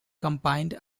combined